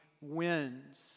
wins